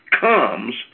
comes